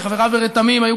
שחבריו ברתמים היו,